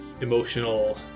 emotional